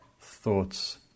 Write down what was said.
thoughts